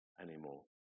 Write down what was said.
anymore